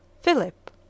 Philip